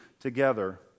together